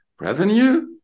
revenue